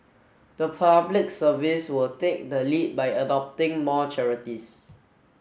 the Public Service will take the lead by adopting more charities